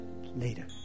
later